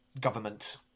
Government